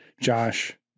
Josh